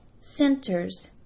centers